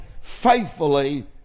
faithfully